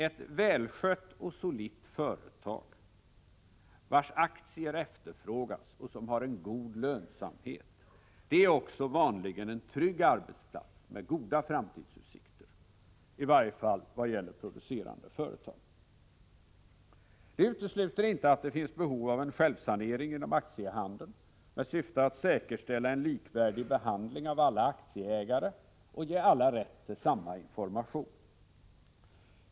Ett välskött och solitt företag, vars aktier efterfrågas och som har en god lönsamhet, är också vanligen en trygg arbetsplats med goda framtidsutsikter, i varje fall vad gäller producerande företag. Det utesluter inte att det finns behov av en självsanering inom aktiehandeln med syfte att säkerställa en likvärdig behandling av alla aktieägare och ge alla rätt till samma information.